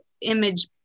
image